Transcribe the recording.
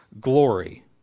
glory